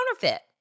counterfeit